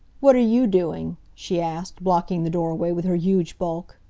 what are you doing? she asked, blocking the doorway with her huge bulk.